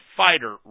fighter